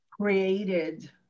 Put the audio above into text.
created